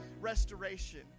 restoration